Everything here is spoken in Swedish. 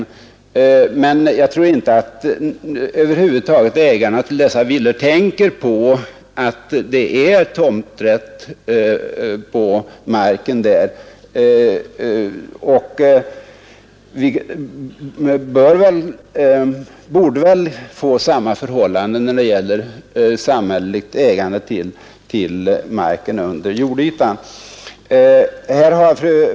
Jag tror emellertid inte att ägarna till dessa villor över huvud taget tänker på att det är tomträtt på marken. Vi borde få samma förhållanden när det gäller samhälleligt ägande till marken under jordytan.